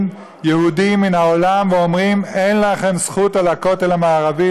יהודים מן העולם ואומרים: אין לכם זכות על הכותל המערבי,